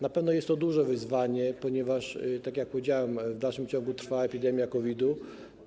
Na pewno jest to duże wyzwanie, ponieważ tak jak powiedziałem, w dalszym ciągu trwa epidemia COVID-a.